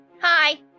Hi